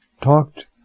talked